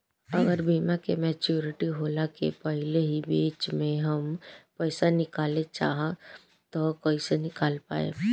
अगर बीमा के मेचूरिटि होला के पहिले ही बीच मे हम पईसा निकाले चाहेम त कइसे निकाल पायेम?